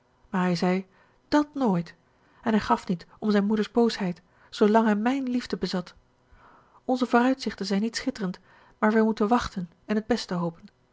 maar hij zei dàt nooit hij gaf niet om zijn moeder's boosheid zoolang hij mijn liefde bezat onze vooruitzichten zijn niet schitterend maar wij moeten wachten en het beste hopen